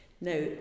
Now